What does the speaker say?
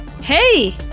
Hey